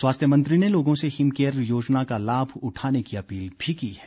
स्वास्थ्य मंत्री ने लोगों से हिम केयर योजना का लाभ उठाने की अपील भी की है